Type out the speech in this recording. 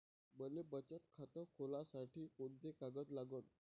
मले बचत खातं खोलासाठी कोंते कागद लागन?